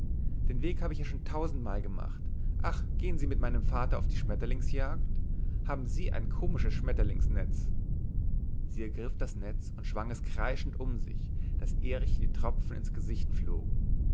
den weg hab ich schon tausendmal gemacht ach gehen sie mit meinem vater auf die schmetterlingsjagd haben sie ein komisches schmetterlingsnetz sie ergriff das netz und schwang es kreisend um sich daß erich die tropfen ins gesicht flogen